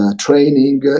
training